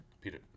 Peter